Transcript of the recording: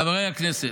חברי הכנסת,